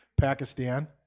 Pakistan